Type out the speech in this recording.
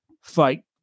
fight